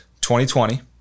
2020